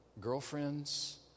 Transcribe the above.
girlfriends